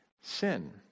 sin